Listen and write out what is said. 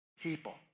people